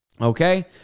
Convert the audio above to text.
Okay